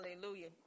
Hallelujah